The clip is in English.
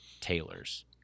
tailors